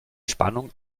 spannung